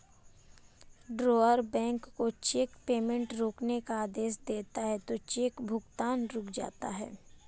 drawer bank को cheque payment रोकने का आदेश देता है तो चेक भुगतान रुक जाता है